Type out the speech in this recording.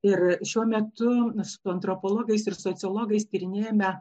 ir šiuo metu su antropologais ir sociologais tyrinėjame